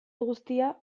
guztia